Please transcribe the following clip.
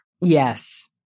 Yes